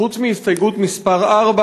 חוץ מהסתייגות מס' 4,